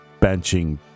benching